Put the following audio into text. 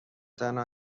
تنها